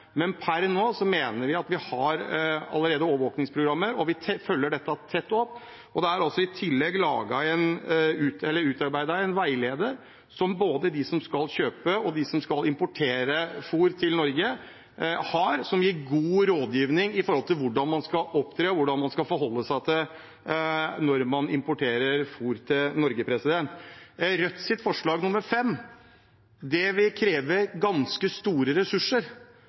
Men per nå mener vi at vi allerede har overvåkningsprogrammer, og vi følger dette tett opp. Det er i tillegg utarbeidet en veileder, som både de som skal kjøpe og de som skal importere fôr til Norge, har, og som gir god veiledning om hvordan man skal opptre og hvordan man skal forholde seg når man importerer fôr til Norge. Når det gjelder Rødts forslag, nr. 5: Det vil kreve ganske store ressurser,